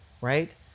right